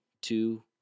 two